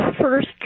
first